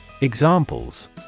Examples